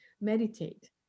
Meditate